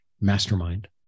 mastermind